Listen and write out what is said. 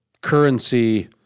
currency